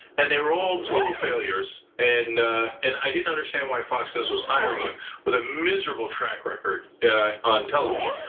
and they were all total failures and and i didn't understand why fox news was was hiring him with a miserable track record on television.